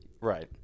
Right